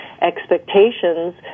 expectations